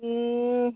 ಹ್ಞೂ